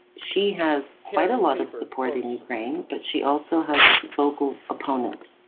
she has quite a lot of support in ukraine but she also has vocal opponents.